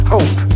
Hope